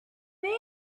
where